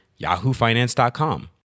yahoofinance.com